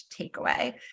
takeaway